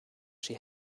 she